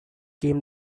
came